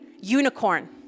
unicorn